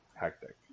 hectic